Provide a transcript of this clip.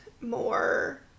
more